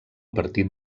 partit